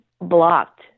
blocked